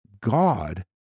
God